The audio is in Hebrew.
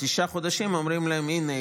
תשעה חודשים אומרים להם: הינה,